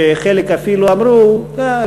שחלק אפילו אמרו: אה,